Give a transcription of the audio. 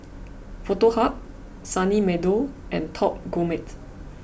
Foto Hub Sunny Meadow and Top Gourmet